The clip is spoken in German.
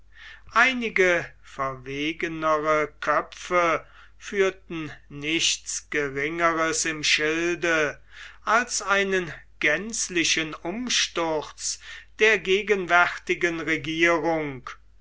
einige verwegenere köpfe führten nichts geringeres im schilde als einen gänzlichen umsturz der gegenwärtigen regierung